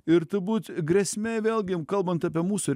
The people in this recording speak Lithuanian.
ir turbūt grėsmė vėlgi kalbant apie mūsų